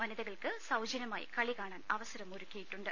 വനിതകൾക്ക് സൌജന്യമായി കളി കാണാൻ അവസരം ഒരുക്കിയിട്ടുണ്ട്